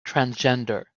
transgender